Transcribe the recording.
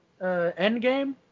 Endgame